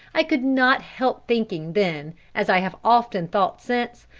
i could not help thinking then, as i have often thought since,